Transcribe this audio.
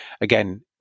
again